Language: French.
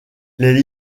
les